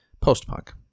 post-punk